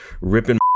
ripping